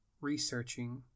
researching